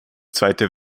zweite